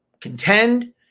contend